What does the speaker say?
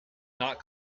not